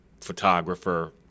photographer